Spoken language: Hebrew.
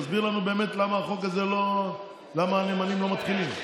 תסביר באמת למה החוק הזה, למה הנאמנים לא מתחילים?